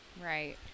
Right